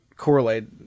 correlated